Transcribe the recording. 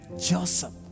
Joseph